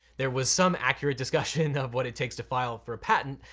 there was some accurate discussion of what it takes to file for a patent,